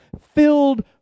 filled